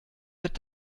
wird